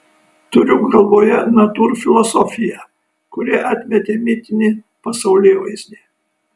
turiu galvoje natūrfilosofiją kuri atmetė mitinį pasaulėvaizdį